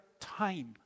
time